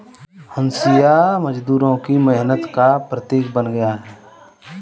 हँसिया मजदूरों की मेहनत का प्रतीक बन गया है